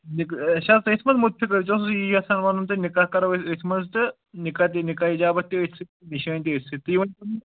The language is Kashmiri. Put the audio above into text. نِکہٕ اَسہِ حظ تٔتھۍ منٛز مُتفِق أسۍ اوسُس یَژھان وَنُن تُہۍ نِکاح کَرو أسۍ أتھۍ منٛز تہٕ نِکاح تہِ نِکاح یجابت تہِ أتھۍ سۭتۍ نِشٲنۍ تہِ أتھۍ سۭتۍ تُہۍ ؤنۍ تَو